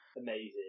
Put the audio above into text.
amazing